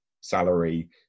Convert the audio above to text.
salary